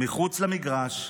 מחוץ למגרש,